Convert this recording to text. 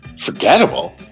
Forgettable